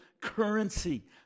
currency